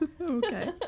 okay